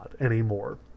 anymore